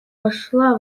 вошла